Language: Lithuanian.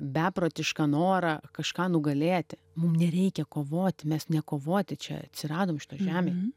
beprotišką norą kažką nugalėti mum nereikia kovoti mes ne kovoti čia atsiradom šitoj žemėj